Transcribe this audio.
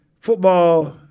Football